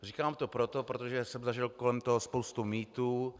Říkám to proto, že jsem zažil kolem toho spoustu mýtů.